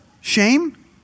shame